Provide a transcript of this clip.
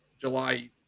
July